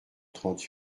trente